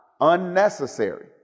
unnecessary